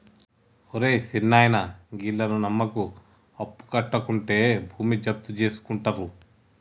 ఒరే సిన్నాయనా, గీళ్లను నమ్మకు, అప్పుకట్లకుంటే భూమి జప్తుజేసుకుంటరు